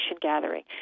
gathering